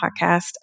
Podcast